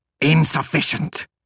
Insufficient